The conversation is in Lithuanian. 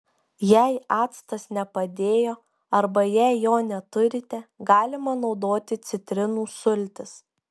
jei actas nepadėjo arba jei jo neturite galima naudoti citrinų sultis